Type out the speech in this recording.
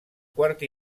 quart